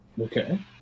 Okay